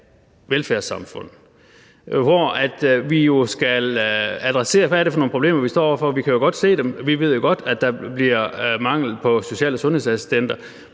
velfærdssamfund. Vi skal jo adressere, hvad det er for nogle problemer, vi står over for. Vi kan jo godt se dem. Vi ved jo godt, at der bliver mangel på social- og sundhedsassistenter,